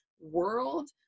world